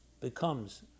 becomes